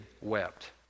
wept